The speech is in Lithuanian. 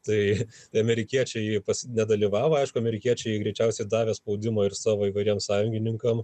tai amerikiečiai nedalyvavo aišku amerikiečiai greičiausiai davė spaudimo ir savo įvairiems sąjungininkam